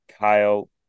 Kyle